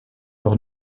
leur